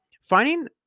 finding